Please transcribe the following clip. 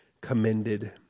commended